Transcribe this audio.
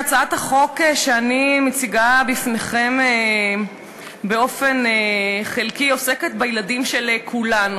הצעת החוק שאני מציגה בפניכם באופן חלקי עוסקת בילדים של כולנו,